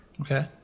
Okay